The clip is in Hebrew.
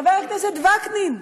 חבר הכנסת וקנין,